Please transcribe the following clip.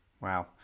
Wow